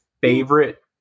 favorite